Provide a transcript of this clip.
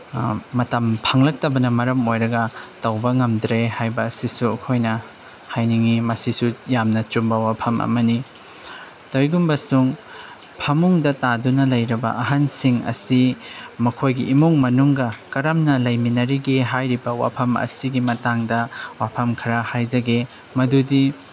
ꯃꯇꯝ ꯐꯪꯂꯛꯇꯕꯅ ꯃꯔꯝ ꯑꯣꯏꯔꯒ ꯇꯧꯕ ꯉꯝꯗ꯭ꯔꯦ ꯍꯥꯏꯕ ꯑꯁꯤꯁꯨ ꯑꯩꯈꯣꯏꯅ ꯍꯥꯏꯅꯤꯡꯉꯤ ꯃꯁꯤꯁꯨ ꯌꯥꯝꯅ ꯆꯨꯝꯕ ꯋꯥꯐꯝ ꯑꯃꯅꯤ ꯇꯧꯋꯤꯒꯨꯝꯕꯁꯨꯡ ꯐꯃꯨꯡꯗ ꯇꯥꯗꯨꯅ ꯂꯩꯔꯕ ꯑꯍꯟꯁꯤꯡ ꯑꯁꯤ ꯃꯈꯣꯏꯒꯤ ꯏꯃꯨꯡ ꯃꯅꯨꯡꯒ ꯀꯔꯝꯅ ꯂꯩꯃꯤꯟꯅꯔꯤꯒꯦ ꯍꯥꯏꯔꯤꯕ ꯋꯥꯐꯝ ꯑꯁꯤꯒꯤ ꯃꯇꯥꯡꯗ ꯋꯥꯐꯝ ꯈꯔ ꯍꯥꯏꯖꯒꯦ ꯃꯗꯨꯗꯤ